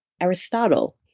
Aristotle